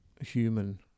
human